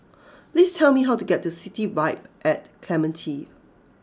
please tell me how to get to City Vibe at Clementi